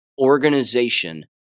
organization